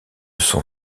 son